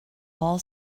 all